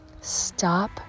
Stop